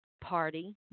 party